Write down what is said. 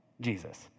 Jesus